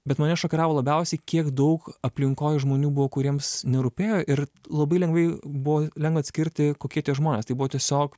bet mane šokiravo labiausiai kiek daug aplinkoj žmonių buvo kuriems nerūpėjo ir labai lengvai buvo lengva atskirti kokie tie žmonės tai buvo tiesiog